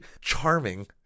charming